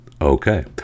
okay